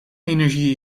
energie